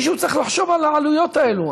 מישהו צריך לחשוב על העלויות האלה,